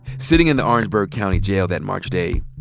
sitting in the orangeburg county jail that march day,